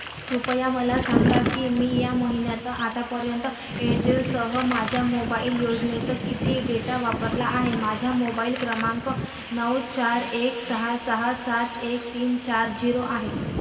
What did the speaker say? कृपया मला सांगा की मी या महिन्यात आतापर्यंत एअरटेलसह माझ्या मोबाईल योजनेत किती डेटा वापरला आहे माझा मोबाईल क्रमांक नऊ चार एक सहा सहा सात एक तीन चार झिरो आहे